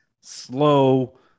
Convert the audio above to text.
slow